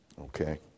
okay